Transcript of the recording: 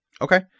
Okay